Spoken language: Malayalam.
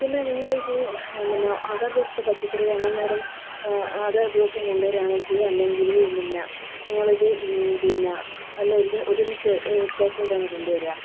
പിന്നെ നിങ്ങളിത് പിന്നെ അതാത് ദിവസത്ത പച്ചക്കറികളാണോ മാഡം അതാത് ദിവസം കൊണ്ടേരാണോ ചെയ്യുക അല്ലെങ്കിൽ പിന്നെ നിങ്ങളിത് പിന്നെ ഒരുമിച്ച് ഒരു പ്രാവശ്യം ആയിട്ട് ആണോ കൊണ്ട് വരുക